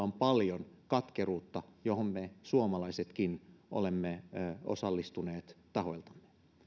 on paljon katkeruutta johon me suomalaisetkin olemme osallistuneet taholtamme